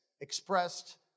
expressed